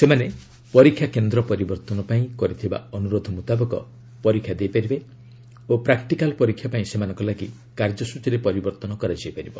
ସେମାନେ ପରୀକ୍ଷା କେନ୍ଦ୍ର ପରିବର୍ତ୍ତନ ପାଇଁ କରିଥିବା ଅନୁରୋଧ ମୁତାବକ ପରୀକ୍ଷା ଦେଇପାରିବେ ଓ ପାର୍ଟିକାଲ୍ ପରୀକ୍ଷା ପାଇଁ ସେମାନଙ୍କ ଲାଗି କାର୍ଯ୍ୟସ୍ତଚୀରେ ପରିବର୍ତ୍ତନ କରାଯାଇ ପାରିବ